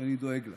שאני דואג לה.